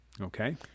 Okay